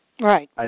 Right